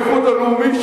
אנחנו האיחוד הלאומי,